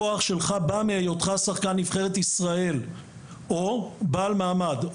הכוח בא מהיותך שחקן נבחרת ישראל או בעל מעמד,